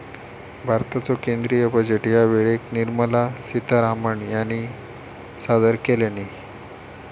भारताचो केंद्रीय बजेट ह्या वेळेक निर्मला सीतारामण ह्यानी सादर केल्यानी